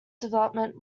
development